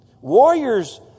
warriors